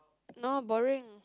nor boring